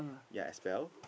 ya as well